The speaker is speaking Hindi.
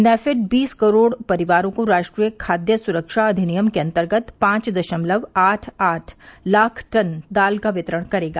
नैफेड बीस करोड़ परिवारों को राष्ट्रीय खाद्य सुरक्षा अधिनियम के अंतर्गत पांच दशमलव आठ आठ लाख टन दाल का वितरण करेगा